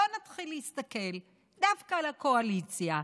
בוא נתחיל להסתכל דווקא על הקואליציה,